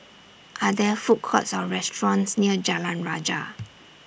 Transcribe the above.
Are There Food Courts Or restaurants near Jalan Rajah